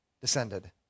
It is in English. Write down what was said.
descended